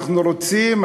אנחנו רוצים,